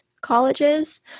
colleges